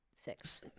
six